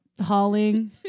hauling